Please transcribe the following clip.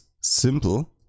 simple